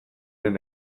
ren